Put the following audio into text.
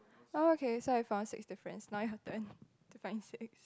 oh okay so I found six difference now you have one to find six